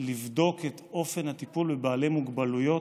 לבדוק את אופן הטיפול בבעלי מוגבלויות,